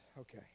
Okay